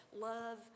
Love